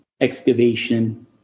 excavation